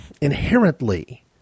inherently